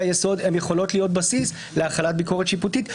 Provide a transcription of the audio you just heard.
היסוד יכולות להיות בסיס להחלת ביקורת שיפוטית,